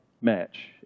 match